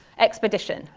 expedition.